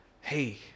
hey